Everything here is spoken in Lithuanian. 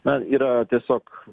na yra tiesiog